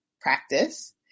practice